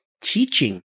teaching